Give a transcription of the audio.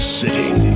sitting